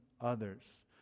others